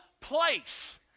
place